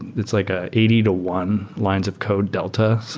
it's like a eighty to one lines of code delta.